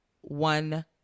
one